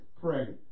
Pray